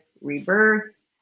rebirth